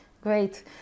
Great